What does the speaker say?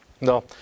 No